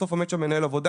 בסוף עומד שם מנהל עבודה.